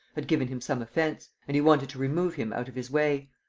had given him some offence and he wanted to remove him out of his way.